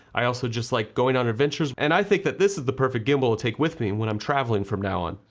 i also just like going on adventures and i think that this is the perfect gimbal to take with me when i'm traveling from now on.